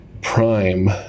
prime